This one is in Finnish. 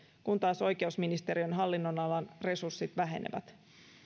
kun taas oikeusministeriön hallinnonalan resurssit vähenevät